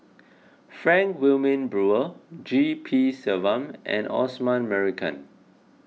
Frank Wilmin Brewer G P Selvam and Osman Merican